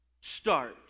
start